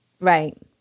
Right